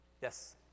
Yes